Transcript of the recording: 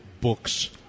books